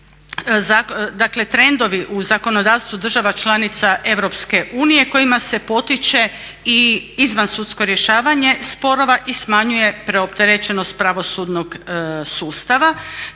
dakle trendovi u zakonodavstvu država članica Europske unije kojima se potiče i izvansudsko rješavanje sporova i smanjuje preopterećenost pravosudnog sustava.